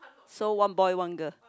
so one boy one girl